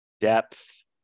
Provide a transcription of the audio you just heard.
depth